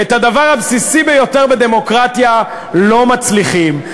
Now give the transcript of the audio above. בדבר הבסיסי ביותר בדמוקרטיה לא מצליחים,